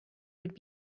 would